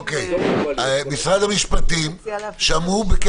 ואין מניעה לתנאים להיכנס לאזור המוגבל,